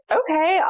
okay